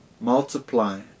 multiply